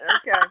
Okay